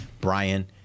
Brian